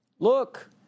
Look